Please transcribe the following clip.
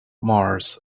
mars